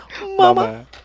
mama